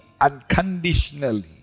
unconditionally